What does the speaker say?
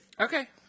Okay